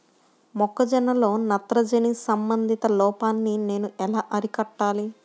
మొక్క జొన్నలో నత్రజని సంబంధిత లోపాన్ని నేను ఎలా అరికట్టాలి?